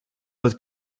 wird